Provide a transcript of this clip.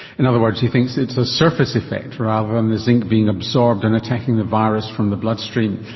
in other words he thinks it's a surface effect rather than the zinc being absorbed and attacking the virus from the bloodstream.